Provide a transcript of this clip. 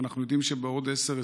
ואנחנו יודעים שבעוד 10,